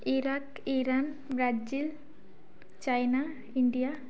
Iraq Iran Brazil China India